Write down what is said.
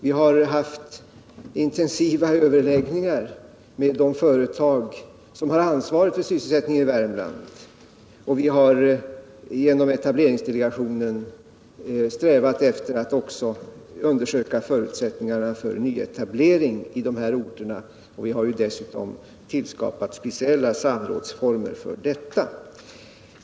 Vi har haft intensiva överläggningar med de företag som har ansvaret för sysselsättningen i Värmland. Vi har genom etableringsdelegationen strävat efter att också undersöka förutsättningarna för nyetablering i dessa orter. Vi har dessutom tillskapat speciella samrådsformer för detta.